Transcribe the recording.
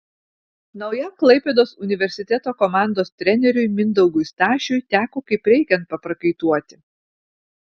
naujam klaipėdos universiteto komandos treneriui mindaugui stašiui teko kaip reikiant paprakaituoti